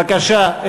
בבקשה,